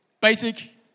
basic